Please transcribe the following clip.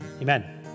amen